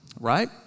right